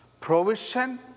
provision